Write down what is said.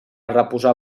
reposar